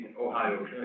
Ohio